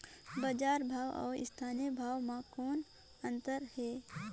बजार भाव अउ स्थानीय भाव म कौन अन्तर हे?